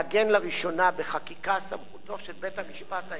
סמכותו של בית-המשפט העליון לבטל חוקים.